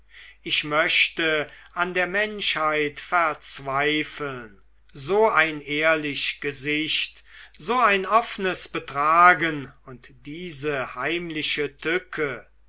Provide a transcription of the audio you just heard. ich möchte an der menschheit verzweifeln so ein ehrlich gesicht so ein offnes betragen und diese heimliche tücke